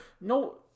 no